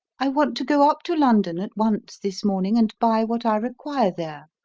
i want to go up to london at once this morning and buy what i require there.